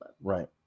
Right